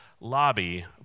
lobby